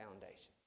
foundations